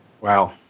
Wow